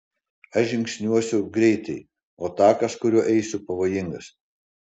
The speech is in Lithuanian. aš žingsniuosiu greitai o takas kuriuo eisiu pavojingas